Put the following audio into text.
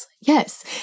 Yes